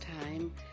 time